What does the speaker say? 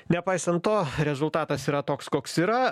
nepaisant to rezultatas yra toks koks yra